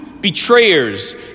betrayers